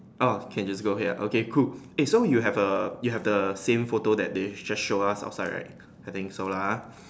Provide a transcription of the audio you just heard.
orh can just go here okay cool eh so you have a you have the same photo that they just show us outside right I think so lah